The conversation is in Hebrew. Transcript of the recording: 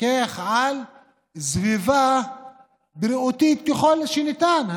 לפקח על סביבה בריאותית ככל שניתן.